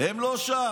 הם לא שם,